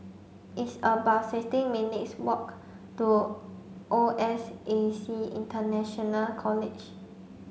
it's about sixteen minutes' walk to O S A C International College